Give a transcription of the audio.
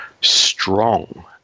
strong